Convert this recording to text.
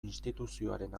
instituzioaren